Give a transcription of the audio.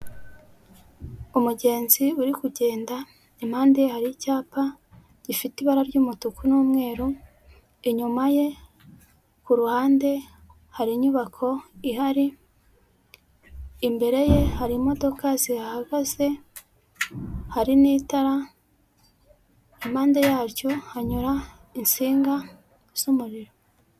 Umugenzi uri kugenda impande ye hari icyapa gifite ibara ry'umutuku n'umweru, inyuma ye ku ruhande hari inyubako ihari imbere ye hari imodoka zihahagaze, hari n'itara impande yaryo hanyura insinga z'umuriro.